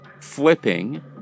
flipping